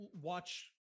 watch